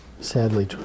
sadly